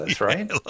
right